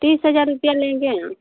तीस हज़ार रुपये लेंगे हम